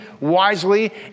wisely